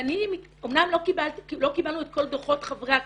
אמנם לא קיבלנו את כל דוחות חברי הכנסת,